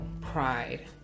pride